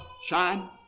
shine